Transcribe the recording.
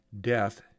Death